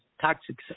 Toxic